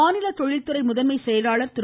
மாநில தொழில்துறை முதன்மை செயலாள் திரு